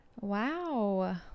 Wow